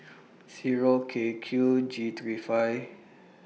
Zero K Q G three five